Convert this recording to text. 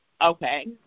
okay